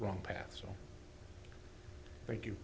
wrong path so thank you